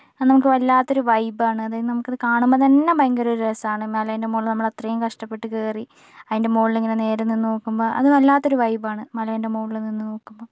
അത് നമുക്ക് വല്ലാത്തൊരു വൈബാണ് അതായത് നമുക്കത് കാണുമ്പം തന്നെ ഭയങ്കര ഒരു രസമാണ് മലേൻ്റെ മുകളിൽ നമ്മളത്രയും കഷ്ടപ്പെട്ട് കയറി അതിൻ്റെ മുളിലിങ്ങനെ നേരെ നിന്ന് നോക്കുമ്പം അത് വല്ലാത്തൊരു വൈബാണ് മലേൻ്റെ മുകളിൽ നിന്ന് നോക്കുമ്പം